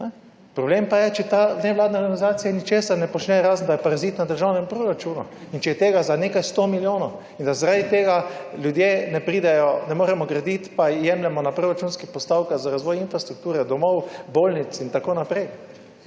Problem pa je, če ta nevladna organizacija ničesar ne počne, razen da je parazit na državnem proračunu, in če je tega za nekaj 100 milijonov, in da zaradi tega ljudje ne pridejo, ne moremo graditi, pa jemljemo na proračunskih postavkah za razvoj infrastrukture domov, bolnic, itn.